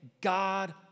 God